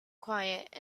quiet